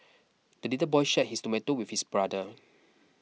the little boy shared his tomato with his brother